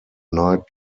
night